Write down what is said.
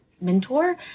mentor